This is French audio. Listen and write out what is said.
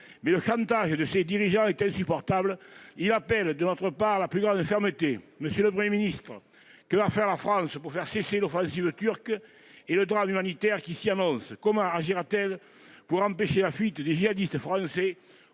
Mais le chantage de ses dirigeants est insupportable. Il appelle de notre part la plus grande fermeté. Monsieur le Premier ministre, que va faire la France pour faire cesser l'offensive turque et le drame humanitaire qui s'annonce ? Comment agira-t-elle pour empêcher la fuite des djihadistes français